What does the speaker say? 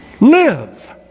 Live